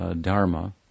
dharma